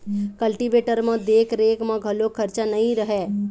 cultivator म देख रेख म घलोक खरचा नइ रहय